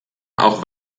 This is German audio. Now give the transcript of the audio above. auch